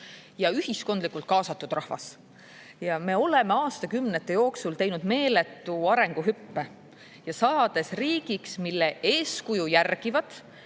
ja ühiskondlikult kaasatud rahvas. Ja me oleme aastakümnete jooksul teinud meeletu arenguhüppe, saades riigiks, mille eeskuju järgivad